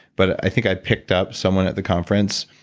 but i think i picked up someone at the conference